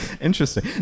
Interesting